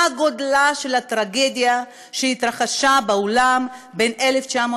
גודל הטרגדיה שהתרחשה בעולם בין 1939